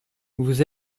vous